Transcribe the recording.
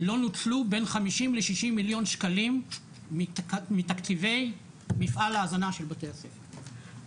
לא נוצלו בין 50 ל-60 מיליון שקלים מתקציבי מפעל ההזנה של בתי הספר.